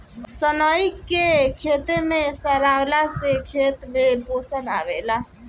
सनई के खेते में सरावला से खेत में पोषण आवेला